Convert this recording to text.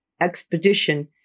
expedition